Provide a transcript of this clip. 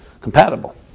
compatible